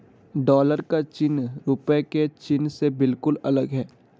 dollar का चिन्ह रूपए के चिन्ह से बिल्कुल अलग है